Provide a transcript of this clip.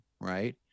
right